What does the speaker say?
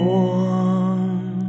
one